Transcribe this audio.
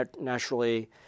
naturally